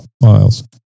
Miles